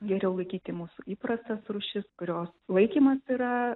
geriau laikyti mūsų įprastas rūšis kurios laikymas yra